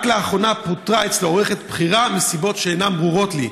רק לאחרונה פוטרה אצלו עורכת בכירה מסיבות שאינן ברורות לי.